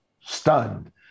stunned